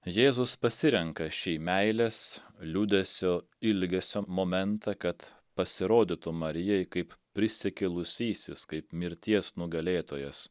jėzus pasirenka šį meilės liūdesio ilgesio momentą kad pasirodytų marijai kaip prisikėlusysis kaip mirties nugalėtojas